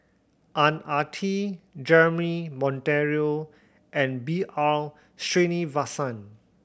Ang Ah Tee Jeremy Monteiro and B R Sreenivasan